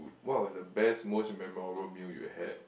what was the best most memorable meal you had